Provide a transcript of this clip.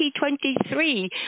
2023